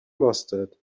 mustard